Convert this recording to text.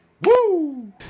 Woo